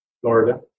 florida